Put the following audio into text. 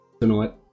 tonight